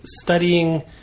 studying